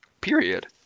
period